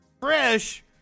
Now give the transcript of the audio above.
fresh